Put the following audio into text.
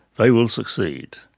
they will succeed.